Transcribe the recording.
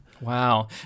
Wow